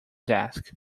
desk